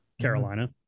Carolina